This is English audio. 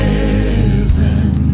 Heaven